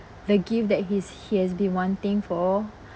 the gift that he's he has been wanting for